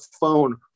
phone